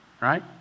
right